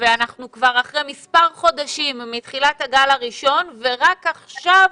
ואנחנו כבר אחרי מספר חודשים מתחילת הגל הראשון ורק עכשיו